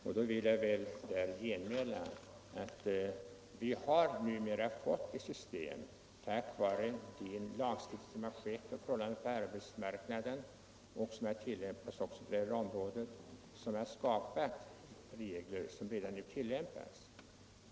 Jag vill då genmäla att vi tack vare den lagstiftning som skett rörande förhållandena på arbetsmarknaden har fått regler som redan nu tillämpas.